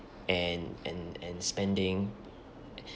and and and spending